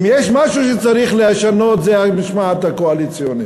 אם יש משהו שצריך לשנות אותו זה המשמעת הקואליציונית.